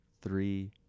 three